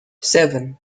seven